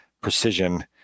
precision